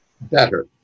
better